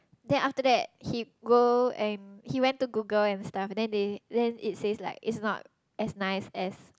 then after that he go and he went to Google and stuff then they then it says like it's not as nice as